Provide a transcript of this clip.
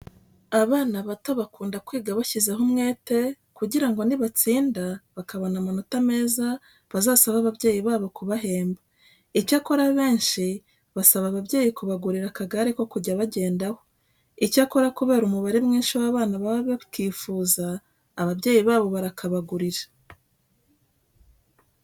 Abana bato bakunda kwiga bashyizeho umwete kugira ngo nibatsinda bakabona amanota meza bazasabe ababyeyi babo kubahemba. Icyakora abenshi basaba ababyeyi kubagurira akagare ko kujya bagendaho. Icyakora kubera ko umubare mwinshi w'abana baba bakifuza, ababyeyi babo barakabagurira.